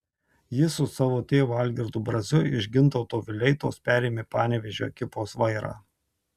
jis su savo tėvu algirdu braziu iš gintauto vileitos perėmė panevėžio ekipos vairą